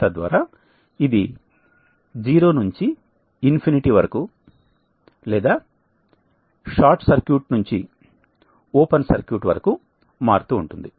తద్వారా ఇది 0 నుండి అనంతం వరకు లేదా షార్ట్ సర్క్యూట్ నుండి ఓపెన్ సర్క్యూట్ వరకు మారుతూ ఉంటుంది